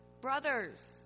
brothers